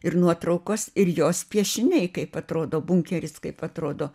ir nuotraukos ir jos piešiniai kaip atrodo bunkeris kaip atrodo